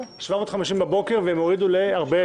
750 בבוקר, והם הורידו ל ארבל?